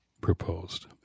proposed